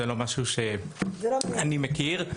זה לא משהו שאני מכיר,